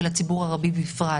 ולציבור הערבי בפרט.